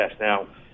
Now